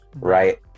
right